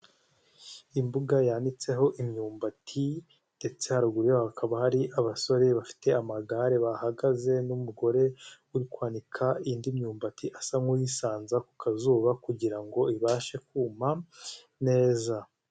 Imbuga yanitseho imyumbati ndetse haruguru yaho hakaba hari abasore bafite amagare bahagaze n'umugore uri kwanika indi myumbati asa nkuyisanza ku kazuba kugira ngo ibashe kuma neza.